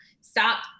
stop